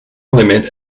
limit